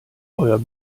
euer